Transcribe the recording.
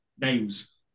names